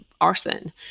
arson